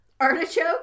Artichoke